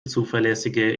zuverlässige